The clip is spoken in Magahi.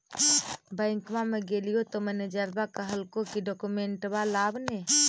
बैंकवा मे गेलिओ तौ मैनेजरवा कहलको कि डोकमेनटवा लाव ने?